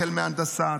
החל בהנדסה,